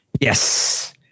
Yes